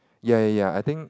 ya ya ya I think